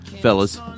fellas